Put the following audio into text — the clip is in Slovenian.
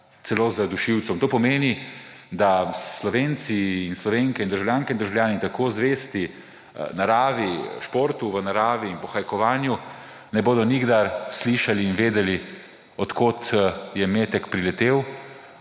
celo z dušilcem. To pomeni, da Slovenci in Slovenke in državljanke in državljani tako zvesti naravi, športu v naravi in pohajkovanju, ne bodo nikdar slišali in vedeli, od kod je metek priletel,